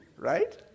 Right